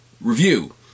Review